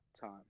time